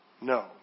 No